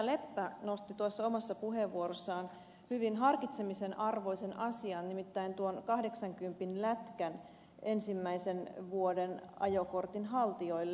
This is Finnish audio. leppä nosti omassa puheenvuorossaan esiin hyvin harkitsemisen arvoisen asian nimittäin tuon kahdeksankympin lätkän ensimmäisen vuoden ajokortin haltijoille